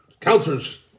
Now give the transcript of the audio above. Counselor's